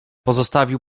pozostawił